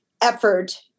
effort